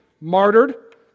martyred